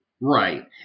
Right